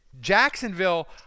Jacksonville